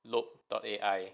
look dot A_I